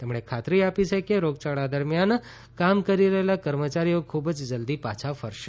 તેમણે ખાતરી આપી છે કે રોગચાળા દરમિયાન કામ કરી રહેલા કર્મચારીઓ ખૂબ જ જલ્દી પાછા ફરશે